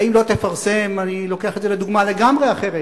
האם לא תפרסם, אני לוקח את זה לדוגמה לגמרי אחרת,